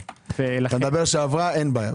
ההצעה שעברה אין בעיה.